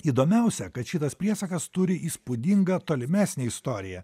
įdomiausia kad šitas priesakas turi įspūdingą tolimesnę istoriją